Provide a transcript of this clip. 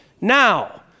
now